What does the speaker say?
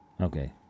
Okay